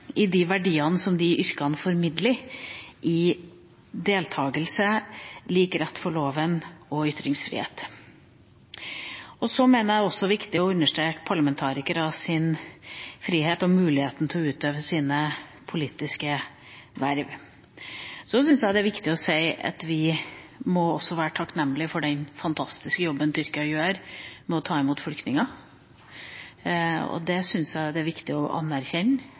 med de verdiene som nettopp de yrkene formidler: deltagelse, lik rett for loven og ytringsfrihet. Det er også viktig å understreke parlamentarikernes frihet og deres mulighet til å utøve sine politiske verv. Jeg syns også at det er viktig å si at vi må være takknemlige for den fantastiske jobben Tyrkia gjør med å ta imot flyktninger. Det syns jeg det er viktig å anerkjenne